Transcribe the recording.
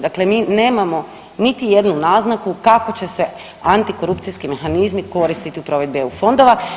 Dakle, mi nemamo niti jednu naznaku kako će se antikorupcijski mehanizmi koristiti u provedbi EU fondova.